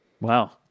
Wow